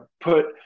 put